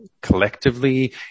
collectively